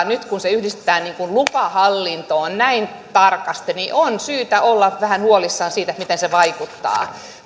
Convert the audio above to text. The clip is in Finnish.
nyt kun se yhdistetään lupahallintoon näin tarkasti niin on syytä olla vähän huolissaan siitä miten se vaikuttaa